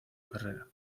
carrera